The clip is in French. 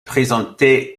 présentait